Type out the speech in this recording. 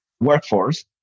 workforce